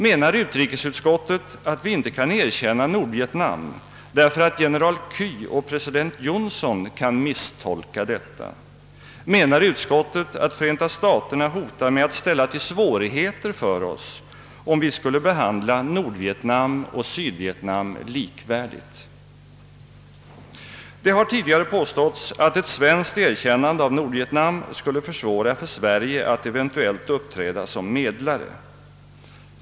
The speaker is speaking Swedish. Menar utrikesutskottet att vi inte kan erkänna Nordvietnam, därför att general Ky och president Johnson kan »misstolka» detta, menar utskottet att Förenta staterna hotar med att ställa till svårigheter för oss, om vi skulle behandla Nordvietnam och Sydvietnam likvärdigt? Det har tidigare påståtts att ett svenskt erkännande av Nordvietnam skulle försvåra för Sverige att eventuellt uppträda som medlare.